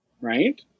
Right